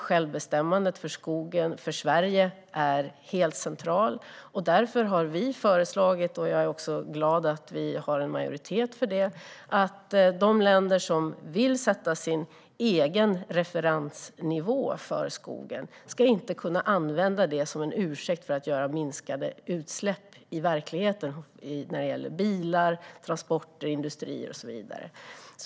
Självbestämmandet över skogen är helt centralt för Sverige, och därför har vi föreslagit - och jag är glad att vi har en majoritet för det - att de länder som vill sätta sin egen referensnivå för skogen inte ska kunna använda det som en ursäkt för att inte minska utsläppen i verkligheten när det gäller bilar, transporter, industrier och så vidare.